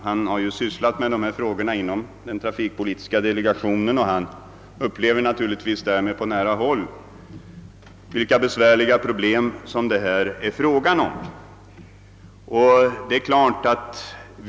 Han har sysslat med dessa frågor inom den trafikpolitiska delegationen och har naturligtvis på nära håll upplevt vilka besvärande problem det kan bli fråga om.